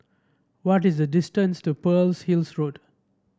what is the distance to Pearl's Hill Road